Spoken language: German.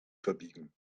verbiegen